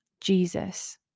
Jesus